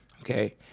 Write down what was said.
okay